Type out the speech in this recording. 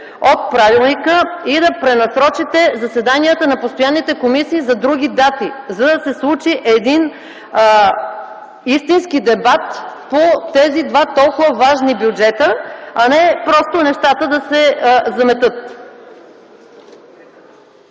от Правилника и да пренасрочите заседанията на постоянните комисии за други дати, за да се случи един истински дебат по тези два толкова важни бюджета, а не просто нещата да се заметат.